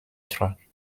track